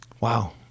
Wow